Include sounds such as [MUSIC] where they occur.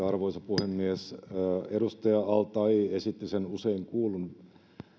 [UNINTELLIGIBLE] arvoisa puhemies edustaja al taee esitti sen usein kuullun